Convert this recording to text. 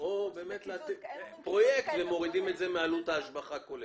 או שמורידים את זה מעלות ההשבחה הכוללת?